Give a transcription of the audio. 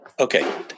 Okay